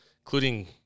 including